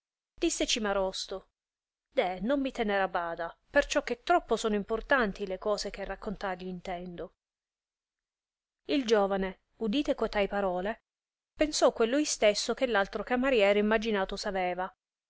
disse cimarosto deh non mi tener a bada perciò che troppo sono importanti le coso che raccontargli intendo il giovane udite cotai parole pensò quello istesso che l altro camariere imaginato s aveva